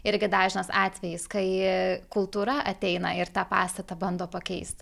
irgi dažnas atvejis kai kultūra ateina ir tą pastatą bando pakeist